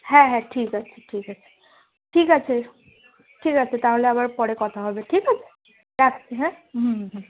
হ্যাঁ হ্যাঁ ঠিক আছে ঠিক আছে ঠিক আছে ঠিক আছে তাহলে আবার পরে কথা হবে ঠিক আছে রাখছি হ্যাঁ হুম হুম